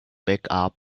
backup